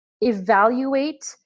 evaluate